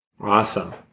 Awesome